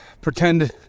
Pretend